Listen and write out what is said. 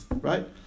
Right